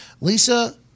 Lisa